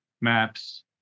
maps